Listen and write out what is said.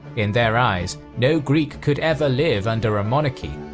in their eyes, no greek could ever live under a monarchy,